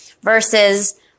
versus